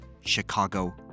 Chicago